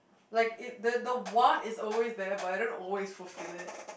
like like the want is always there but I don't always fulfil it